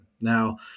Now